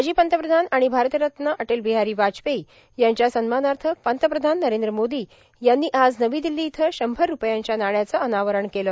माजी पंतप्रधान आणि भारतरत्न अटलबिहारी वाजपेयी यांच्या सन्मानार्थ पंतप्रधान नरेंद्र मोदी यांनी आज नवी दिल्ली इथं शंभर रूपयांच्या नाण्याचं अनावरण केलं